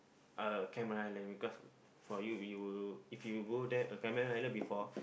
uh Cameron-Highland because for you you will if you go there uh Cameron-Highland before